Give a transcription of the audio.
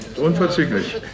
unverzüglich